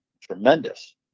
tremendous